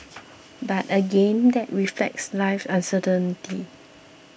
but again that reflects life's uncertainty